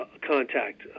contact